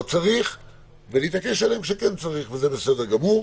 צריך ולהתעקש כשכן צריך זה בסדר גמור.